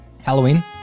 Halloween